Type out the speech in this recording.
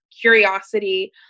curiosity